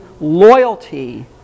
loyalty